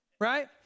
Right